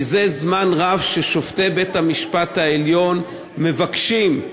זה זמן רב ששופטי בית-המשפט העליון מבקשים,